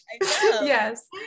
Yes